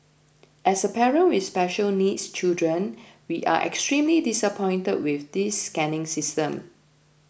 as a parent with special needs children we are extremely disappointed with this scanning system